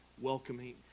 welcoming